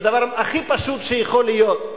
זה הדבר הכי פשוט שיכול להיות.